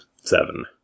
seven